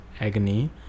agony